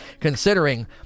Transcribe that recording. considering